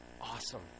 Awesome